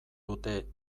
dute